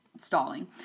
stalling